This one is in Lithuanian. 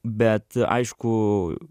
bet aišku